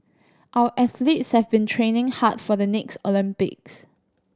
our athletes have been training hard for the next Olympics